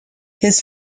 his